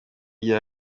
rya